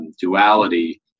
duality